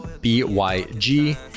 B-Y-G